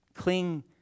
Cling